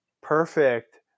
perfect